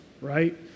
right